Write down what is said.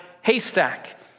haystack